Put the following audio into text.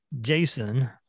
Jason